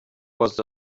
was